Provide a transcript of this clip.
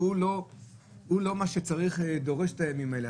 והוא לא מה שדורש את הימים האלה.